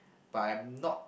but I'm not